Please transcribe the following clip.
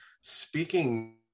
speaking